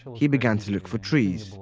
he began to look for trees,